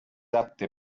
apte